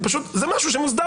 פשוט זה משהו שמוסדר